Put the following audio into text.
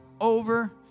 over